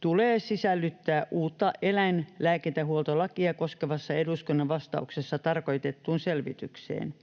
tulee sisällyttää uutta eläinlääkintähuoltolakia koskevassa eduskunnan vastauksessa tarkoitettuun selvitykseen.